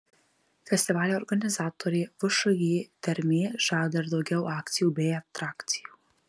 festivalio organizatorė všį dermė žada ir daugiau akcijų bei atrakcijų